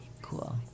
Cool